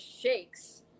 shakes